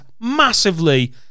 massively